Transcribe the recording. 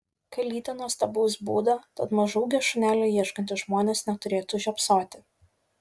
kalytė nuostabaus būdo tad mažaūgio šunelio ieškantys žmonės neturėtų žiopsoti